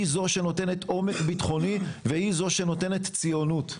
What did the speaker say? זו שנותנת עומק ביטחוני והיא זו שנותנת ציונות.